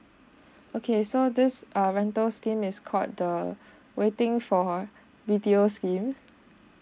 okay so this err rental scheme is called the waiting for B_T_O scheme